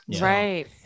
right